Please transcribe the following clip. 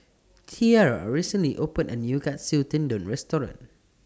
Tiara recently opened A New Katsu Tendon Restaurant